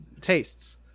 tastes